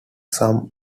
some